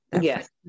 Yes